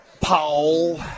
Paul